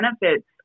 benefits